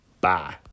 bye